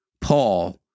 Paul